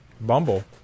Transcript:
Bumble